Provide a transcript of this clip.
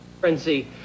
frenzy